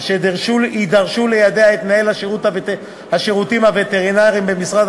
אשר יידרשו ליידע את מנהל השירותים הווטרינריים במשרד